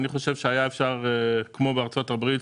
אני חושב שהיה אפשר כמו בארצות הברית,